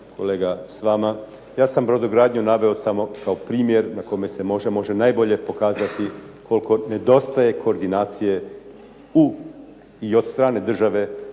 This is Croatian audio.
kolega s vama, ja sam brodogradnju naveo samo kao primjer na kojem se možda može najbolje pokazati koliko nedostaje koordinacije i od strane države